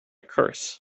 curse